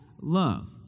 love